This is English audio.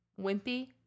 wimpy